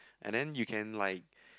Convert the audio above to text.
and then you can like